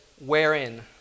Wherein